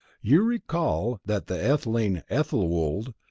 you recall that the etheling ethelwold,